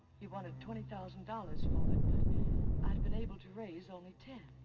he wanted twenty thousand dollars for it, but i'd been able to raise only ten.